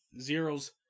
Zeros